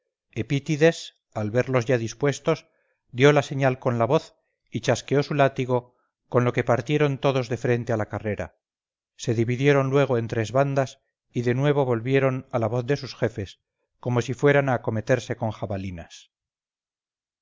epítides al verlos ya dispuestos dio la señal con la voz y chasqueó su látigo con lo que partieron todos de frente a la carrera se dividieron luego en tres bandas y de nuevo volvieron a la voz de sus jefes como si fueran a acometerse con las jabalinas